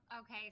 okay